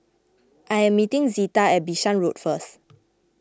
I am meeting Zita at Bishan Road first